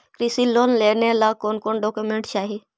कृषि लोन लेने ला कोन कोन डोकोमेंट चाही?